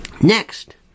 Next